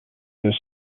this